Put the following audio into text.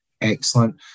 excellent